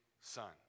son